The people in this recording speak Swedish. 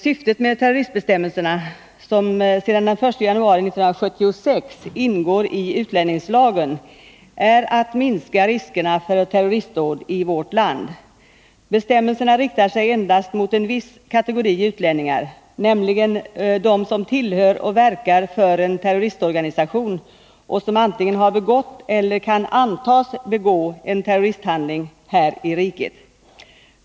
Syftet med terroristbestämmelserna, som sedan den 1 januari 1976 ingår i utlänningslagen, är att minska riskerna för terroristdåd i vårt land. Bestämmelserna riktar sig endast mot en viss kategori utlänningar, nämligen de som tillhör och verkar för en terroristorganisation och som antingen har begått eller kan antas begå en terroristhandling här i riket.